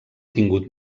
tingut